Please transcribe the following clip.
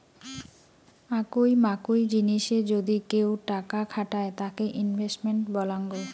আকুই মাকুই জিনিসে যদি কেউ টাকা খাটায় তাকে ইনভেস্টমেন্ট বলাঙ্গ